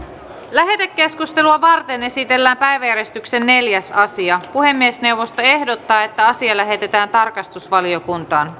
lähetekeskustelua varten esitellään päiväjärjestyksen neljäs asia puhemiesneuvosto ehdottaa että asia lähetetään tarkastusvaliokuntaan